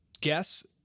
guess